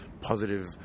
positive